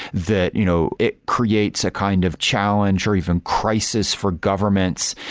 that you know it creates a kind of challenge or even crisis for governments,